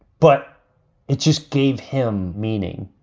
but it just gave him meaning.